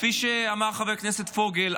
כפי שאמר חבר הכנסת פוגל,